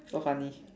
so funny